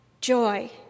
joy